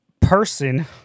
person